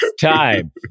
time